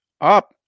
up